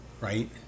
right